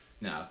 No